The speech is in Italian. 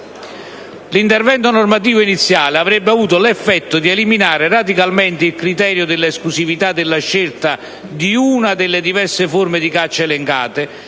L'intervento normativo iniziale avrebbe avuto l'effetto di eliminare radicalmente il criterio dell'esclusività della scelta di una delle diverse forme di caccia elencate